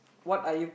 what are you